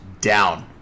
down